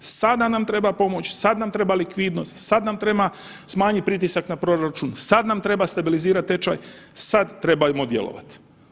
Sada nam treba pomoć, sad nam treba likvidnost, sad nam treba smanjit pritisak na proračun, sad nam treba stabilizirat tečaj, sad trebajmo djelovat.